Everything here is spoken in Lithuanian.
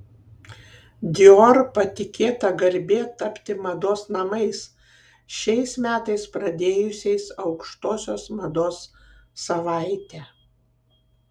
dior patikėta garbė tapti mados namais šiais metais pradėjusiais aukštosios mados savaitę